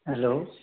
hello